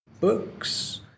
books